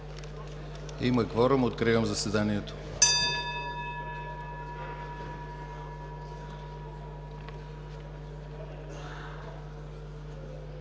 Има кворум. Откривам заседанието.